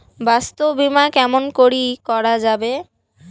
স্বাস্থ্য বিমা কেমন করি করা যাবে?